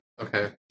okay